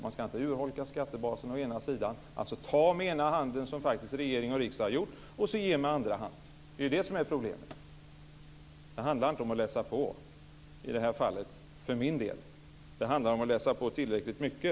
Man ska inte urholka skattebasen - ta med ena handen, som regering och riksdag faktiskt har gjort, och sedan ge med andra handen. Det är det som är problemet. Det handlar för min del inte om att läsa på i det här fallet. Det handlar om att läsa på tillräckligt mycket.